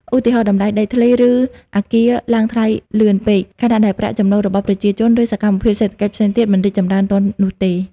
ឧទាហរណ៍ តម្លៃដីធ្លី ឬអគារឡើងថ្លៃលឿនពេក ខណៈដែលប្រាក់ចំណូលរបស់ប្រជាជន ឬសកម្មភាពសេដ្ឋកិច្ចផ្សេងទៀតមិនរីកចម្រើនទាន់នោះទេ។